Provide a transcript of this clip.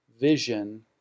vision